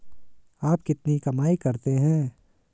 आप कितनी कमाई करते हैं?